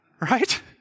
Right